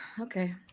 Okay